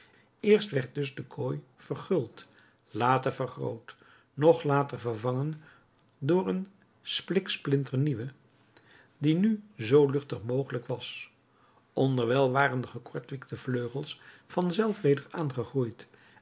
eerst werd dus de kooi verguld later vergroot nog later vervangen door een splik splinter nieuwe die nu zoo luchtig mogelijk was onderwijl waren de gekortwiekte vleugels van zelf weder aangegroeid